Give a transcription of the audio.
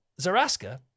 Zaraska